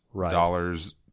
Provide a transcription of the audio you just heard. dollars